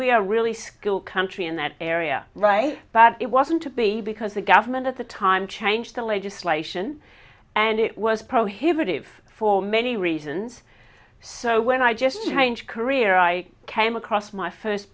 we are really school country in that area right but it wasn't to be because the government at the time changed the legislation and it was prohibitive for many reasons so when i just changed career i came across my first